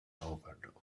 overdose